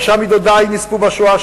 חמישה מדודי נספו בשואה,